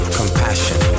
compassion